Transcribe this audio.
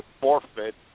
forfeit